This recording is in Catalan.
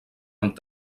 amb